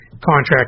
contract